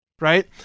right